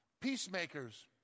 Peacemakers